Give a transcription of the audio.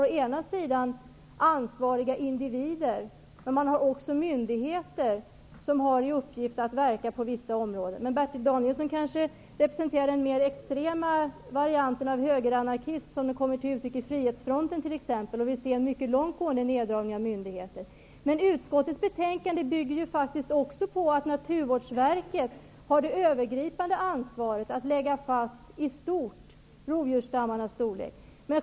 Det finns ansvariga individer men också myndigheter som har i uppgift att verka på vissa områden. Men Bertil Danielsson kanske representerar den mer extrema varianten av högeranarkism, sådan som den kommer till uttryck i Frihetsfronten t.ex. Där kan man se en strävan efter en mycket långt gående neddragning av myndigheter. Utskottets betänkande bygger också på att Naturvårdsverket har det övergripande ansvaret att i stort lägga fast rovdjursstammarnas storlek.